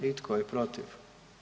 I tko je protiv?